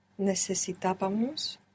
Necesitábamos